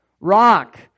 Rock